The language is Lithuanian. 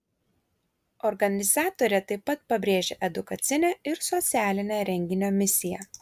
organizatorė taip pat pabrėžia edukacinę ir socialinę renginio misiją